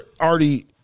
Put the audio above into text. already